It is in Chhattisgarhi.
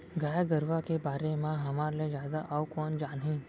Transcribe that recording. गाय गरूवा के बारे म हमर ले जादा अउ कोन जानही